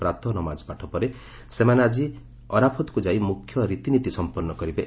ପ୍ରାତଃ ନମାଜପାଠ ପରେ ସେମାନେ ଆଜି ଅରାଫତ୍କୁ ଯାଇ ମୁଖ୍ୟ ରିତିନିତି ସମ୍ପନ୍ନ କରିବେ